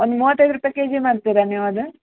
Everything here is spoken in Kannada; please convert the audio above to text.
ಒಂದು ಮೂವತ್ತೈದು ರೂಪಾಯಿ ಕೆಜಿ ಮಾರ್ತೀರಾ ನೀವು ಅದು